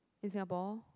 in Singapore